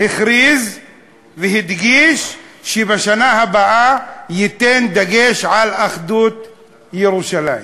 הכריז והדגיש שבשנה הבאה ייתן דגש לאחדות ירושלים.